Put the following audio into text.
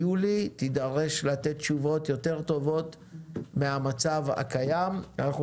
תידרש לתת תשובות טובות יותר מהמצב הקיים גם בנוגע לשידורי הספורט.